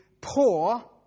poor